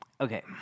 Okay